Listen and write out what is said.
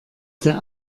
der